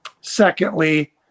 secondly